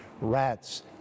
rats